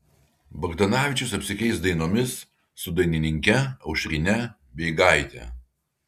bagdanavičius apsikeis dainomis su dainininke aušrine beigaite